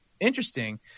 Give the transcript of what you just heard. Interesting